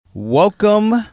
Welcome